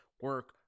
Work